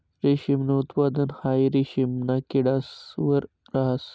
रेशमनं उत्पादन हाई रेशिमना किडास वर रहास